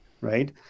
right